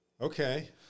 Okay